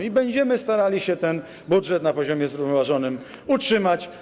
I będziemy starali się ten budżet na poziomie zrównoważonym utrzymać.